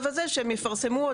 השיח הזה הוא שיח חשוב ומבורך.